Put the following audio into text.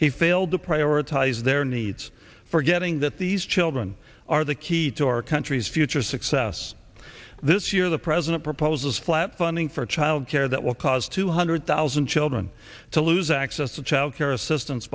he failed to prioritize their needs forgetting that these children are the key to our country's future success this year the president proposes flat funding for child care that will cause two hundred thousand children to lose access to child care assistance